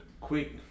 Quick